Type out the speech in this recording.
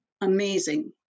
Amazing